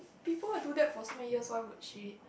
people do that for so many years why would she